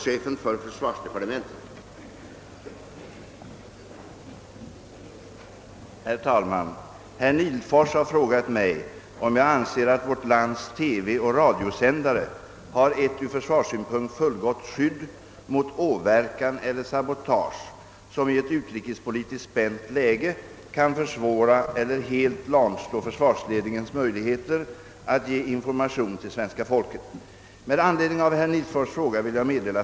Herr Nihlfors har frågat mig om jag anser att vårt lands TV och radiosändare har ett ur försvarssynpunkt fullgott skydd mot åverkan eller sabotage som i ett utrikespolitiskt spänt läge kan försvåra eller helt lamslå försvarsledningens möjligheter att ge information till svenska folket.